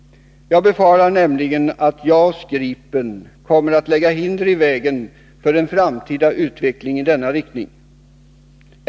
Jag befarar nämligen att JAS 39 Gripen kommer att lägga hinder i vägen för en framtida utveckling i denna riktning.